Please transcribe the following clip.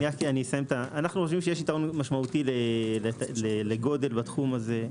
אנו חושבים שיש יתרון משמעותי לגודל בתחום הזה.